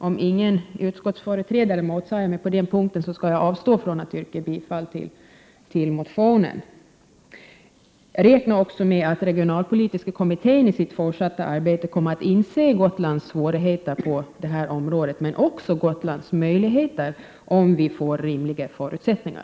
Om ingen utskottsföreträdare motsäger mig på den punkten skall jag avstå från att yrka bifall till motionen. Jag räknar också med att regionalpoli — Prot. 1988/89:110 tiska kommittén i sitt fortsatta arbete kommer att inse Gotlands svårigheter 9 maj 1989 på detta område, men också Gotlands möjligheter, om vi får rimliga Regionalpolitik förutsättningar.